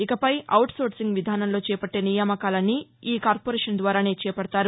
ఇకపై ఔట్సోర్సింగ్ విధానంలో చేపట్టే నియామకాలన్నీ ఈ కార్పొరేషన్ ద్వారానే చేపడతారు